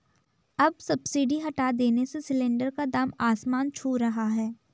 अब सब्सिडी हटा देने से सिलेंडर का दाम आसमान छू रहा है